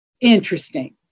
interesting